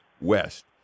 West